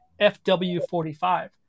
FW45